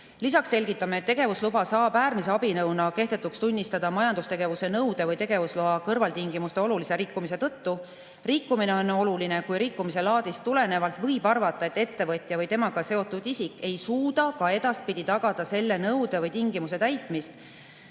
Lisaks selgitame, et tegevusluba saab äärmise abinõuna kehtetuks tunnistada majandustegevuse nõude või tegevusloa kõrvaltingimuste olulise rikkumise tõttu. Rikkumine on oluline, kui rikkumise laadist tulenevalt võib arvata, et ettevõtja või temaga seotud isik ei suuda ka edaspidi tagada selle nõude või tingimuse täitmist